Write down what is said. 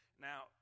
Now